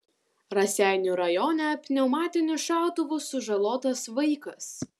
raseinių rajone pneumatiniu šautuvu sužalotas vaikas